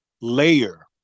layer